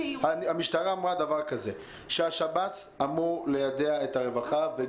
המשטרה אמרה שהשב"ס אמור ליידע את הרווחה,